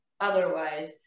Otherwise